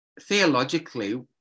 theologically